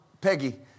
Peggy